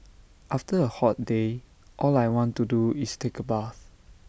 after A hot day all I want to do is take A bath